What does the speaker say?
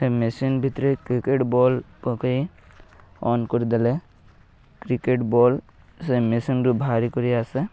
ସେ ମେସିନ୍ ଭିତରେ cricket ball ପକାଇ ଅନ୍ କରିଦେଲେ କ୍ରିକେଟ୍ ବଲ୍ ସେ ମେସିନ୍ରୁ ଭାରି କରି ଆସେ